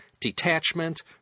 detachment